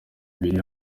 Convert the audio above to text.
ibiri